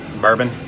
bourbon